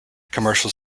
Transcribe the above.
commercial